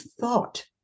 thought